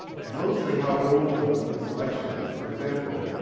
mostly how old the the selection is. for example,